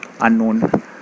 unknown